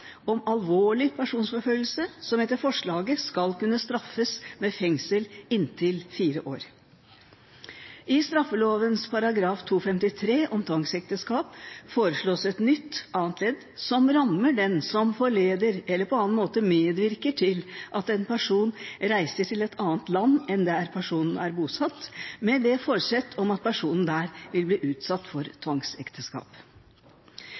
om alvorlig personforfølgelse, som etter forslaget skal kunne straffes med fengsel inntil fire år. I straffeloven § 253 om tvangsekteskap foreslås et nytt annet ledd som rammer den som forleder eller på annen måte medvirker til at en person reiser til et annet land enn der personen er bosatt, med foresett om at personen der vil bli utsatt for